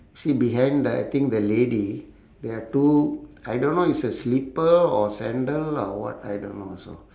see behind the I think the lady there are two I don't know it's a slipper or sandal or what I don't know also